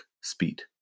speed